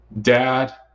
Dad